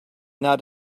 not